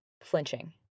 flinching